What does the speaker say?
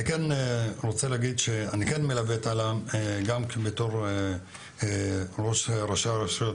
אני מלווה את עלם גם בתור ראש ראשי הרשויות